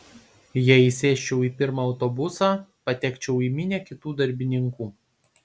jei įsėsčiau į pirmą autobusą patekčiau į minią kitų darbininkų